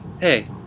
Hey